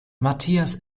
matthias